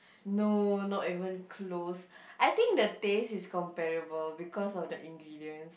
no not even close I think the taste is comparable because of the ingredients